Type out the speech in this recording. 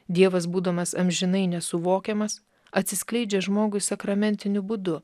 dievas būdamas amžinai nesuvokiamas atsiskleidžia žmogui sakramentiniu būdu